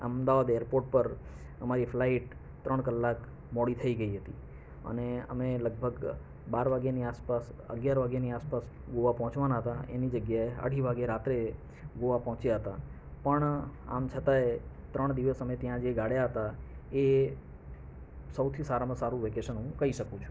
Ahmedabad airport પર અમારી flight ત્રણ કલાક મોડી થઈ ગઈ હતી અને અમે લગભગ બાર વાગ્યાની આસપાસ અગિયાર વાગ્યાની આસપાસ ગોવા પહોંચવાના હતા એની જગ્યાએ અઢી વાગે રાત્રે ગોવા પહોંચ્યા હતા પણ આમ છતાંય ત્રણ દિવસ અમે ત્યાં જે ગાળ્યા હતા એ સૌથી સારામાં સારું વેકેશન હું કહીં શકું છું